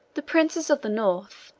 the princes of the north,